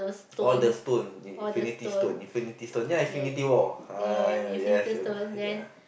all the stone infinity stone infinity stone ya Infinity War uh y~ yes ya